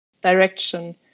direction